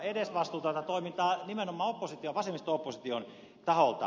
edesvastuutonta toimintaa nimenomaan vasemmisto opposition taholta